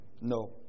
No